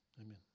Amen